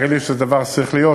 נראה לי שזה דבר שצריך להיות.